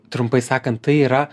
trumpai sakant tai yra